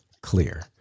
clear